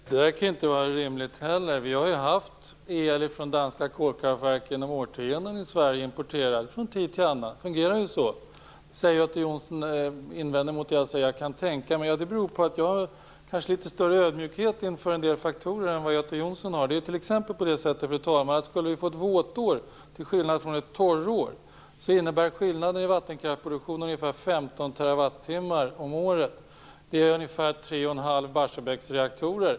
Fru talman! Det där är inte heller rimligt. Vi har importerat el från danska kolkraftverk i årtionden, från tid till annan. Det fungerar ju så. Göte Jonsson invände mot att jag sade "jag kan tänka mig". Att jag säger så beror på att jag kanske har litet större ödmjukhet inför en del faktorer än Göte Jonsson har. Skulle vi få ett våtår till skillnad från ett torrår innebär skillnaden i vattenkraftsproduktion ungefär 15 TWh om året. Det motsvarar ungefär tre och en halv Barsebäcksreaktorer.